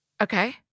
Okay